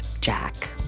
Jack